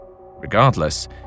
Regardless